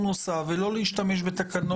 לא, יש חוק.